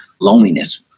loneliness